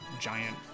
giant